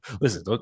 listen